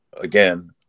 again